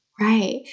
Right